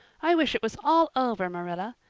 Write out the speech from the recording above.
i wish it was all over, marilla.